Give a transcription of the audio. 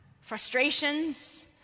frustrations